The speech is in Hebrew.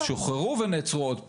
שוחררו ונעצרו עוד פעם.